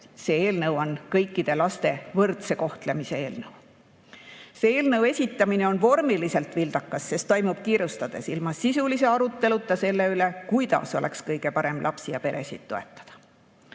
see eelnõu on kõikide laste võrdse kohtlemise eelnõu. Selle eelnõu esitamine on vormiliselt vildakas, sest toimub kiirustades, ilma sisulise aruteluta selle üle, kuidas oleks kõige parem lapsi ja peresid toetada. Peatun